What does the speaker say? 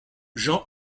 jean